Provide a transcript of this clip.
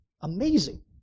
amazing